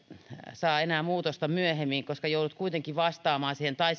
saa enää muutosta myöhemmin koska joudut kuitenkin vastaamaan siihen tai